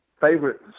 favorite